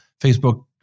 Facebook